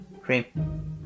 cream